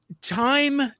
Time